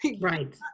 Right